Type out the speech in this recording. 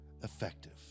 effective